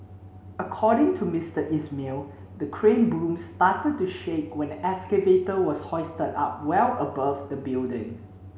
according to Mister Ismail the crane boom started to shake when the excavator was hoisted up well above the building